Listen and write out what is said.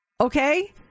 Okay